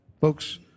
folks